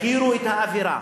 העכירו את האווירה,